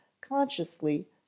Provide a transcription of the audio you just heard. consciously